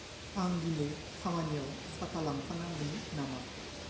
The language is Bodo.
आं दिनै खामानिआव साथा लांफानांगोन नामा